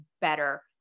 better